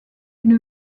une